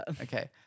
Okay